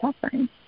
suffering